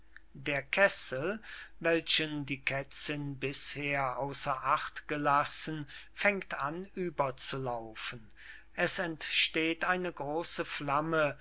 der kessel welchen die kätzinn bisher ausser acht gelassen fängt an überzulaufen es entsteht eine grosse flamme